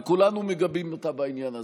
וכולנו מגבים אותה בעניין הזה.